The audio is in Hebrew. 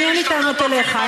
אין לי טענות אליך,